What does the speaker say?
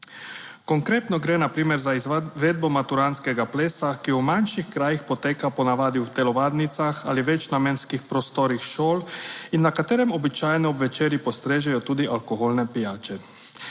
TRAK: (VP) 11.45** (nadaljevanje) ki v manjših krajih poteka po navadi v telovadnicah ali večnamenskih prostorih šol in na katerem običajno ob večerji postrežejo tudi alkoholne pijače.